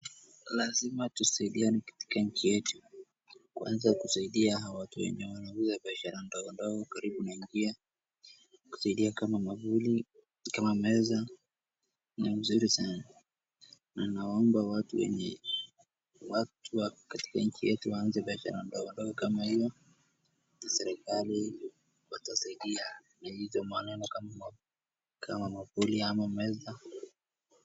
Lazima tusaidiane katika nchi yetu. Kuanza kusaidia hawa watu wenye wanauza biashara ndogo ndogo karibu na njia, kusaidia kama mwavuli, kama meza, ni mzuri sana, na nawaomba watu wenye, watu wa, katika nchi yetu waanze biashara ndogo ndogo kama hio, na serikali watasaidia na vitu ya maana kama mwavuli ama meza.